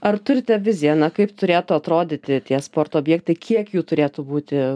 ar turite viziją na kaip turėtų atrodyti tie sporto objektai kiek jų turėtų būti